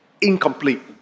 incomplete